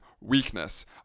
weakness